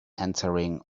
entering